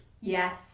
yes